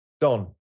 Don